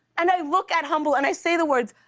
and i look at humble and i say the words,